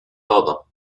todo